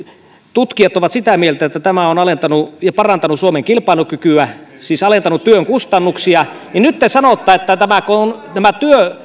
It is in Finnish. tutkijat ovat sitä mieltä että tämä on parantanut suomen kilpailukykyä siis alentanut työn kustannuksia niin nyt te sanotte että nämä